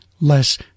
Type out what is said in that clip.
less